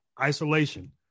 Isolation